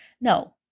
No